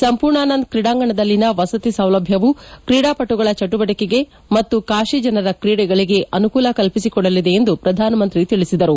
ಸಂಪೂರ್ಣಾನಂದ್ ಕ್ರೀಡಾಂಗಣದಲ್ಲಿನ ವಸತಿ ಸೌಲಭ್ವವು ಕ್ರೀಡಾಪಟುಗಳ ಚಟುವಟಿಕೆಗೆ ಮತ್ತು ಕಾಶಿ ಜನರ ಕ್ರೀಡೆಗಳಿಗೆ ಅನುಕೂಲ ಕಲ್ಪಿಸಿ ಕೊಡಲಿದೆ ಎಂದು ಪ್ರಧಾನಮಂತ್ರಿ ತಿಳಿಸಿದರು